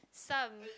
some